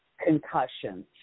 concussions